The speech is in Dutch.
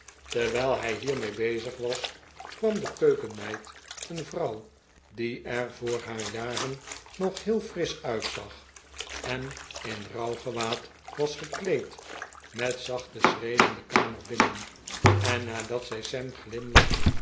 terwijl hij hiermee bezig was kwam de keukenmeid een vrouw die er voor haar jaren nog heel frisch uitzag en in rouwgewaad was gekleed met zachte schreden de kamer binnenj en nadat zij sam glimlachend